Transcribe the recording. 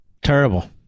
Terrible